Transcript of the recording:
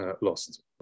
lost